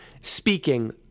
speaking